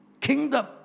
kingdom